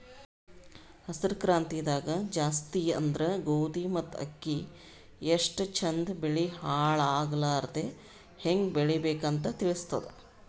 ಹಸ್ರ್ ಕ್ರಾಂತಿದಾಗ್ ಜಾಸ್ತಿ ಅಂದ್ರ ಗೋಧಿ ಮತ್ತ್ ಅಕ್ಕಿ ಎಷ್ಟ್ ಚಂದ್ ಬೆಳಿ ಹಾಳಾಗಲಾರದೆ ಹೆಂಗ್ ಬೆಳಿಬೇಕ್ ಅಂತ್ ತಿಳಸ್ತದ್